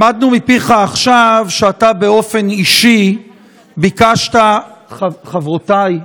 למדנו מפיך עכשיו שאתה באופן אישי ביקשת, חברותיי,